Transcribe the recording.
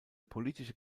politische